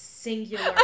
Singular